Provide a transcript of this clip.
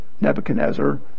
Nebuchadnezzar